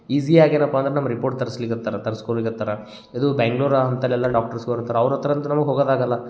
ಈಝಿಯಾಗಿ ಏನಪ್ಪ ಅಂದ್ರೆ ನಮ್ಮ ರಿಪೋರ್ಟ್ ತರಸ್ಲಿಕತ್ತರ ತರ್ಸ್ಕೊಳ್ಲಿಕತ್ತರ ಇದು ಬ್ಯಾಂಗ್ಳೂರು ಅಂಥಲ್ಲೆಲ್ಲ ಡಾಕ್ಟ್ರುಸ್ ಬರ್ತಾರೆ ಅವ್ರ ಹತ್ತಿರ ಅಂತ್ರೂ ನಮಗೆ ಹೋಗಕ್ಕೆ ಆಗಲ್ಲ